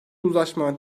uzlaşma